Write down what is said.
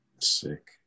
Sick